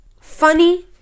funny